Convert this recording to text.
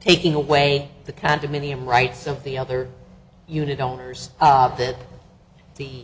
taking away the condominium rights of the other unit owners that the